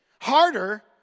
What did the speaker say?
Harder